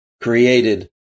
created